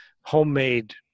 homemade